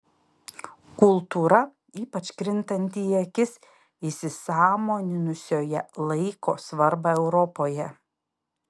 kultūra ypač krintanti į akis įsisąmoninusioje laiko svarbą europoje